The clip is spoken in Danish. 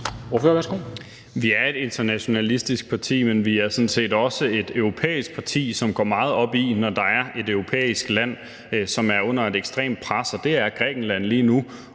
Vi er et internationalistisk parti, men vi er sådan set også et europæisk parti, som går meget op i, når der er et europæisk land, som er under et ekstremt pres, og det er Grækenland lige nu.